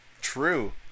True